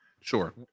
sure